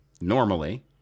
normally